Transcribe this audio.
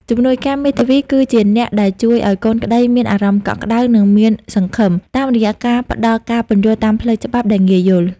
ជំនួយការមេធាវីគឺជាអ្នកដែលជួយឱ្យកូនក្តីមានអារម្មណ៍កក់ក្តៅ និងមានសង្ឃឹម តាមរយៈការផ្តល់ការពន្យល់តាមផ្លូវច្បាប់ដែលងាយយល់។